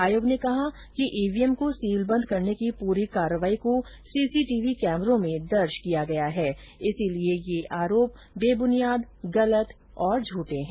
आयोग ने कहा है कि ईवीएम को सीलबंद करने की पूरी कार्रवाई को सीसीटीवी कैमरों में दर्ज किया गया है इसलिए ये आरोप बेबुनियाद गलत और झूठे हैं